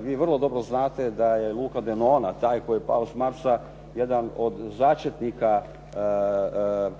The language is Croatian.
vi vrlo dobro znate da je Luka Denona taj koji je pao s Marsa jedan od začetnika Povjerenstva